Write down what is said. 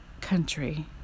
country